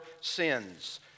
sins